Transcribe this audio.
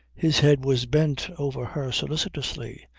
his head was bent over her solicitously,